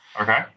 Okay